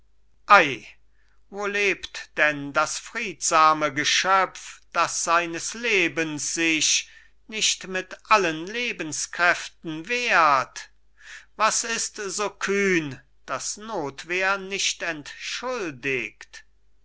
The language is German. wo lebt denn das friedsame geschöpf das seines lebens sich nicht mit allen lebenskräften wehrt was ist so kühn das notwehr nicht entschuldigt